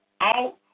out